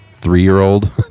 three-year-old